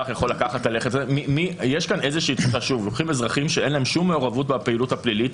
לוקחים אזרחים שאין להם כל מעורבות בפעילות הפלילית,